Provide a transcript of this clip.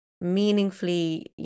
meaningfully